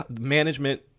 management